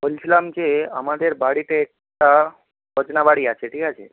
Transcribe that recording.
বলছিলাম যে আমাদের বাড়িতে একটা বাড়ি আছে ঠিক আছে